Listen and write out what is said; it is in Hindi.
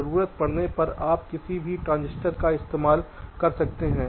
जरूरत पड़ने पर आप किसी भी ट्रांजिस्टर का इस्तेमाल कर सकते हैं